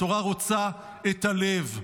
התורה רוצה את הלב.